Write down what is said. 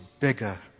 bigger